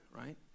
right